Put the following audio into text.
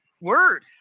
word